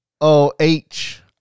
O-H